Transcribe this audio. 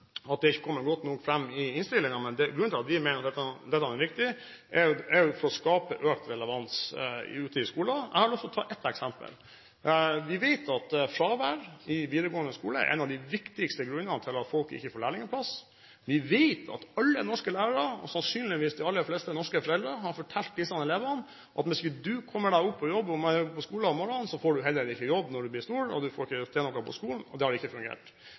det vil skape økt relevans ute i skolene. Jeg har lyst til å ta ett eksempel: Vi vet at fravær i videregående skole er en av de viktigste grunnene til at man ikke får lærlingplass. Vi vet at alle norske lærere – og sannsynligvis de aller fleste norske foreldre – har fortalt eleven at hvis du ikke kommer deg opp på skole om morgenen, får du heller ikke jobb når du blir stor, og du får heller ikke til noe på skolen. Dette har ikke fungert. Jeg tror at hvis man får norske næringslivsledere – eller for den saks skyld norske yrkesfagkandidater – til å komme på skolen, kan man fortelle elevene at det er faktisk slik i den virkelige verden at hvis du ikke